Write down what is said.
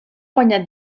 guanyat